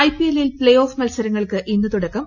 ഐപിഎല്ലിൽ പ്തേഓഫ് മത്സരങ്ങൾക്ക് ഇന്ന് തുടക്കം